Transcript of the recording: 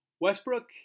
Westbrook